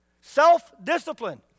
self-discipline